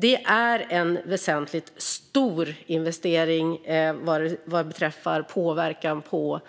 Det är en väsentligt stor investering vad beträffar påverkan på